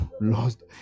lost